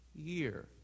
year